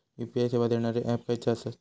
UPI सेवा देणारे app खयचे आसत?